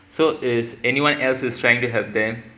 so is anyone else trying to help them